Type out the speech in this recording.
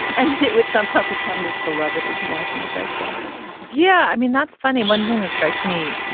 and it would somehow become this beloved international bestseller yeah, i mean, that's funny. one thing that strikes me,